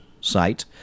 site